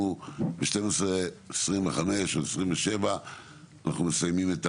אנחנו ב-12:25 או 27 אנחנו מסיימים,